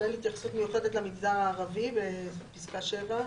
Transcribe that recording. כולל התייחסות מיוחדת למגזר הערבי בפסקה (7).